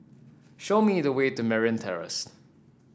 show me the way to Merryn Terrace